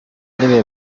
n’ibihe